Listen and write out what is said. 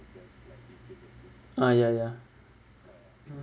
ah ya ya ya